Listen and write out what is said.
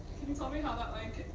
me how that, like,